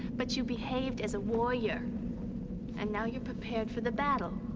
but you behaved as a warrior and now you're prepared for the battle.